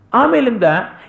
amelinda